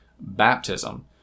baptism